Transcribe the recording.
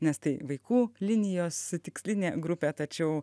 nes tai vaikų linijos tikslinė grupė tačiau